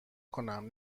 کنم